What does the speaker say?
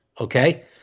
Okay